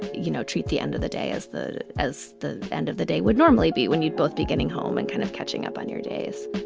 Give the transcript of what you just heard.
you know, treat the end of the day as the as the end of the day would normally be when you'd both be getting home and kind of catching up on your days